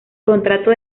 contrato